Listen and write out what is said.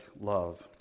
love